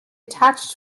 attached